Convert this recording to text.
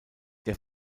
der